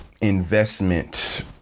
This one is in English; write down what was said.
investment